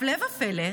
והפלא ופלא,